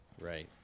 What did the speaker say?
Right